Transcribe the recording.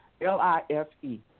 L-I-F-E